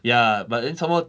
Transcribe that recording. ya but then some more